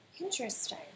Interesting